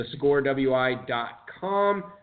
thescorewi.com